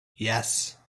yes